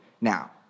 now